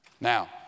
Now